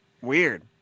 Weird